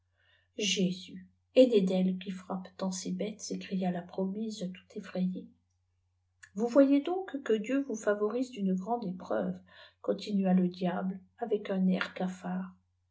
jésus etnedel qui frappe tant ses bêtes s'écria la promise tout effrayée vous voyez donc que ùm vous favorise d'uae paade preuve continua diabte avec un air cafard